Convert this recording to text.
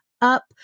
up